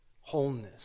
Wholeness